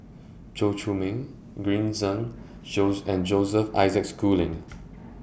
Chow Chee Yong Green Zeng and Joseph Isaac Schooling